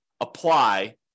apply